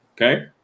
okay